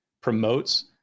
promotes